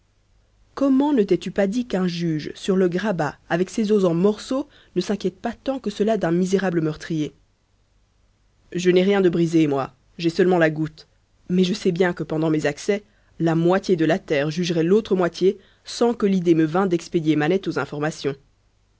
comment ne t'es-tu pas dit qu'un juge sur le grabat avec ses os en morceaux ne s'inquiète pas tant que cela d'un misérable meurtrier je n'ai rien de brisé moi j'ai seulement la goutte mais je sais bien que pendant mes accès la moitié de la terre jugerait l'autre moitié sans que l'idée me vint d'expédier manette aux informations